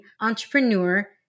Entrepreneur